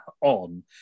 on